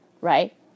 right